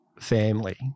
family